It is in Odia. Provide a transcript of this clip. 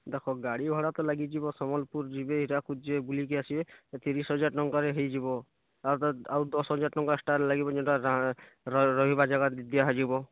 ଦେଖ ଗାଡ଼ି ଭଡ଼ା ତ ଲାଗିଯିବ ସମ୍ବଲ୍ପୁର୍ ଯିବେ ହିରାକୁଦ୍ ଯିବେ ବୁଲିକି ଆସିବେ ତିରିଶ୍ ହଜାର୍ ଟଙ୍କାରେ ହେଇଯିବ ଆଉ ଦଶ୍ ହଜାର୍ ଟଙ୍କା ଏକ୍ସଟ୍ରା ଲାଗିବ ଯେନ୍ତା ରହିବା ଯାଗାକେ ଦିଆଯିବ